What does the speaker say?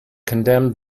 condemned